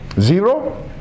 Zero